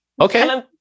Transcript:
Okay